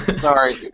Sorry